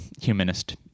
humanist